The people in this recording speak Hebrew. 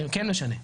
כן משנה,